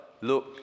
look